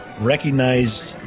recognize